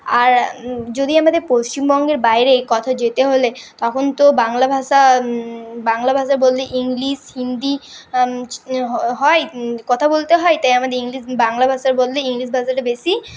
আর যদি আমাদের পশ্চিমবঙ্গের বাইরে কোথাও যেতে হলে তখন তো বাংলা ভাষা বাংলা ভাষা বললে ইংলিশ হিন্দি হয় কথা বলতে হয় তাই আমাদের ইংলিশ বাংলা ভাষার বদলে ইংলিশ ভাষাটা বেশী